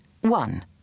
One